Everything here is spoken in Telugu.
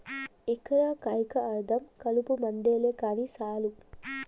ఎకరా కయ్యికా అర్థం కలుపుమందేలే కాలి సాలు